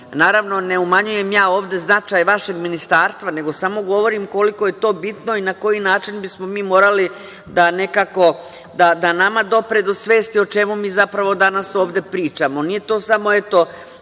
Naravno, ne umanjujem ja ovde značaj vašeg ministarstva nego samo govorim koliko je to bitno i na koji način da nama dopre do svesti o čemu mi zapravo danas ovde pričamo, nije to samo da